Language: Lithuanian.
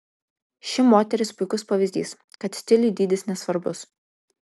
ši moteris puikus pavyzdys kad stiliui dydis nesvarbus